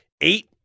eight